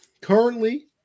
Currently